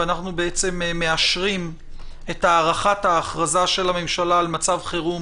ואנחנו מאשרים את הארכת ההכרזה של הממשלה על מצב חירום,